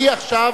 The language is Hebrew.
היא עכשיו,